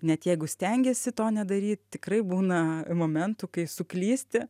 net jeigu stengiesi to nedaryt tikrai būna momentų kai suklysti